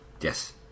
Yes